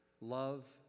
love